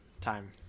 Time